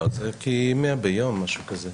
לא, כ-100 ביום, משהו כזה.